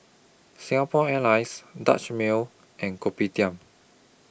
Singapore Airlines Dutch Mill and Kopitiam